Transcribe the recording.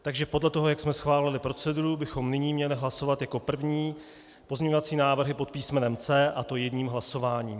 Takže podle toho, jak jsme schválili proceduru, bychom nyní měli hlasovat jako první pozměňovací návrhy pod písmenem C, a to jedním hlasováním.